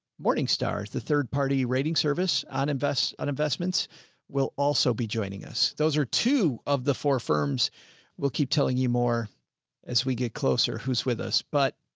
morningstar's the third party rating service on invest and investments will also be joining us. those are two of the four firms will keep telling you more as we get closer who's with us, but.